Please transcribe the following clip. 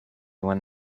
when